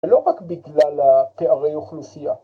‫לא רק בגלל פערי אוכלוסייה.